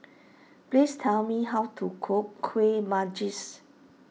please tell me how to cook Kuih Manggis